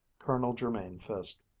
colonel jermain fiske.